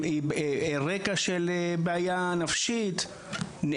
רקע של בעיה נפשית,